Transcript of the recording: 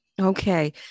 okay